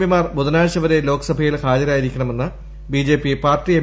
P മാർ ബുധനാഴ്ച വരെ ലോക്സഭയിൽ ഹാജരായിരിക്കണമെന്ന് ബിജെപി പാർട്ടി എം